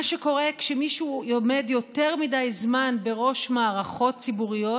מה שקורה כשמישהו עומד יותר מדי זמן בראש מערכות ציבוריות